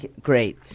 Great